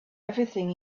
everything